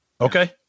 Okay